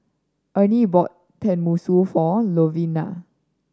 Ernie bought Tenmusu for Louvenia